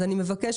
אני מבקש,